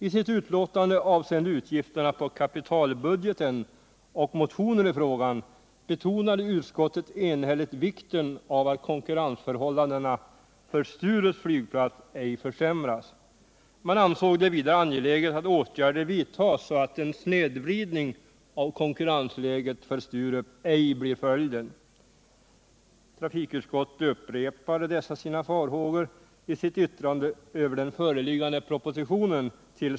I sitt betänkande avseende utgifterna på kapitalbudgeten och motioner i frågan betonade utskottet enhälligt vikten av att konkurrensförhållandena för Sturups flygplats ej försämras. Man ansåg det vidare angeläget att åtgärder vidtas, så att en snedvridning av konkurrensläget för Sturup ej blir följden. Trafikutskottet upprepar dessa sina farhågor i sitt yttrande till skatteutskottet över den föreliggande propositionen.